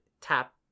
tap